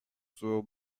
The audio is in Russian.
своего